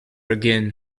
again